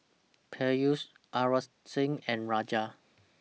Peyush Aurangzeb and Raja